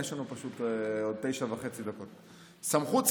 יש לנו פשוט עוד תשע וחצי דקות: "סמכויות